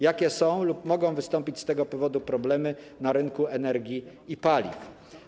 Jakie są lub mogą wystąpić z tego powodu problemy na rynku energii i paliw?